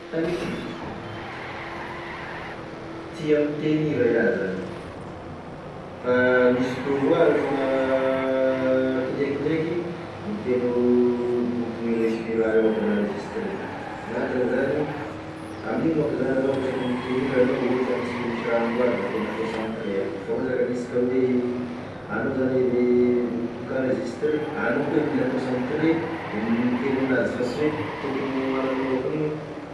Tia mitegn'hira iaho zany, fa misy fotoa avao iah refa kindraikindraiky mitegno boky niraisi- fira- avao ka gn'enregistreny, gn'antony zany amin'ny manko zany anao raha ohatra ka mitegno hira anao ohatra hanesika hoe misy raha amboary da tena concentré anao fa raha ohatra ka hanisika hoe anao zany v- boky enregistré anao koa e mila concentré i mitegno anazy fa sy hoe tokony hoagnanao akogn'igny.